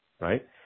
right